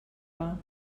war